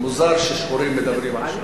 מוזר ששחורים מדברים עכשיו.